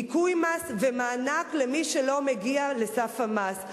ניכוי מס ומענק למי שלא מגיע לסף המס.